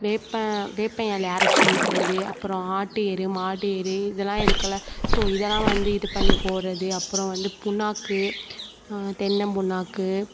வேப்பம் வேப்பம் இலைய அரைச்சி ஊத்துறது அப்புறம் ஆட்டு எரு மாட்டு எரு இதெல்லாம் இருக்குல்ல ஸோ இதெல்லாம் வந்து இது பண்ணி போடுவது அப்புறம் வந்து புண்ணாக்கு தென்னம்புண்ணாக்கு